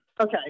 Okay